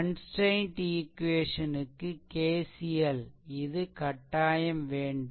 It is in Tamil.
கன்ஸ்ட்ரைன்ட் ஈக்வேஷன் க்கு KCL இது கட்டாயம் வேண்டும்